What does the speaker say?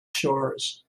shores